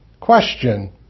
Question